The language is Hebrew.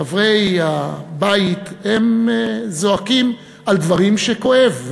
חברי הבית זועקים על דברים שכואבים.